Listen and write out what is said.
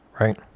right